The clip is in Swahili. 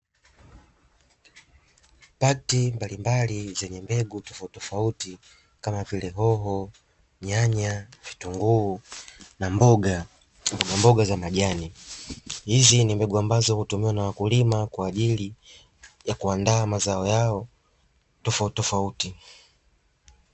Pakti mbalimbali zenye mbegu tofauti tofauti kama vile hoho, nyanya, vitunguu na mboga "mboga mboga za majani". Hizi ni mbegu ambazo hutumiwa na wakulima kwa ajili ya kuandaa mazao yao tofauti tofauti.